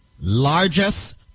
largest